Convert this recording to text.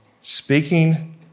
speaking